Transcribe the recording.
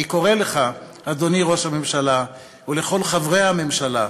אני קורא לך, אדוני ראש ממשלה, ולכל חברי הממשלה: